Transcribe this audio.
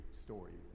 stories